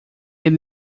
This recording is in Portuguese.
ele